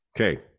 Okay